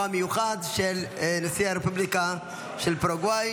מיוחד לנשיא הרפובליקה של פרגוואי.